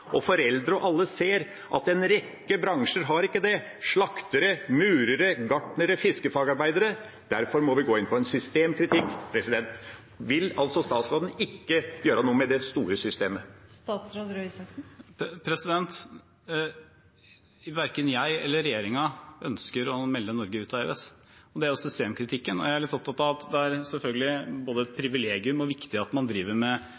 Og foreldre – og alle – ser at en rekke bransjer ikke har det: slaktere, murere, gartnere og fiskefagarbeidere. Derfor må vi gå inn på en systemkritikk. Vil altså statsråden ikke gjøre noe med det store systemet? Verken jeg eller regjeringen ønsker å melde Norge ut av EØS – og det er jo systemkritikken. Det er selvfølgelig både et privilegium og viktig at man driver med